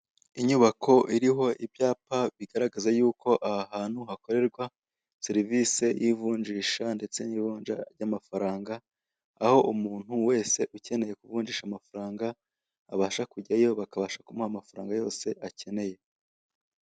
Inyubako iriho ibyapa bigaragaraza yuko aha hantu hakorerwa serivise y'ivunjisha ndetse n'ivunja ry'amafaranga, aho umuntu wese ukeneye kuvunjisha amafaranga abasha kujyayo bakabasha kumuha amafaranga yose akeneye.